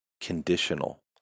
conditional